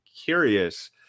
curious